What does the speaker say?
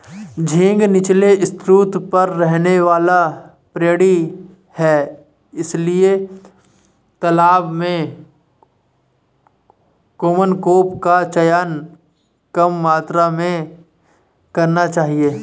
झींगा नीचले स्तर पर रहने वाला प्राणी है इसलिए तालाब में कॉमन क्रॉप का चयन कम मात्रा में करना चाहिए